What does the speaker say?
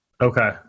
okay